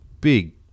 big